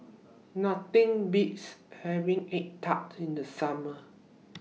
Nothing Beats having Egg Tart in The Summer